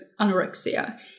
anorexia